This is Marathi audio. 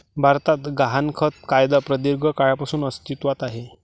भारतात गहाणखत कायदा प्रदीर्घ काळापासून अस्तित्वात आहे